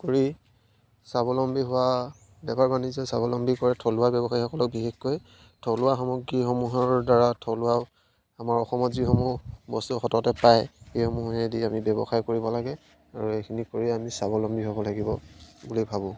কৰি স্বাৱলম্বী হোৱা বেপাৰ বাণিজ্য স্বাৱলম্বী কৰে থলুৱা ব্যৱসায়ীসকলক বিশেষকৈ থলুৱা সামগ্ৰীসমূহৰ দ্বাৰা থলুৱাও আমাৰ অসমত যিসমূহ বস্তু সততে পায় সেইসমূহেদি আমি ব্যৱসায় কৰিব লাগে আৰু এইখিনি কৰি আমি স্বাৱলম্বী হ'ব লাগিব বুলি ভাবোঁ